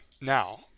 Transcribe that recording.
Now